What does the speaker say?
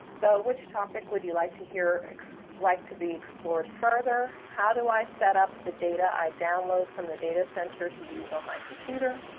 so, which topic would you like to hear like to be explored further? how do i set up the data i download from the data center to use on my computer?